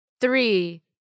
Three